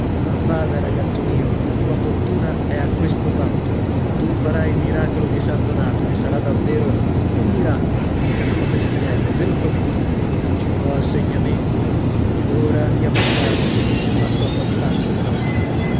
mai ma bada ragazzo mio la tua fortuna è a questo patto tu farai il miracolo di san donato e sarà davvero un miracolo interruppe spinello ve lo prometto ci fo assegnamento ed ora andiamo a casa che qui s'è fatto abbastanza per oggi